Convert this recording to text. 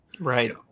Right